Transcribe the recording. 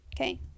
Okay